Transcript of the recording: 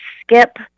skip